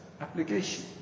application